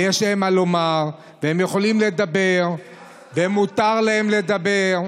ויש להם מה לומר והם יכולים לדבר ומותר להם לדבר.